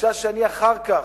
תחושה שאני אחר כך,